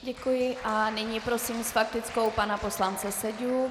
Děkuji a nyní prosím s faktickou pana poslance Seďu.